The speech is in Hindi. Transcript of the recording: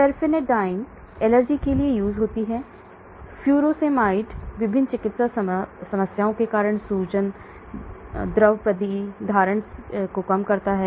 टेरफेनडाइन एलर्जी के लिए है फ़्यूरोसेमाइड विभिन्न चिकित्सा समस्याओं के कारण सूजन द्रव प्रतिधारण को कम करता है